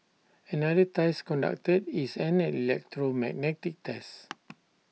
another test conducted is an electromagnetic test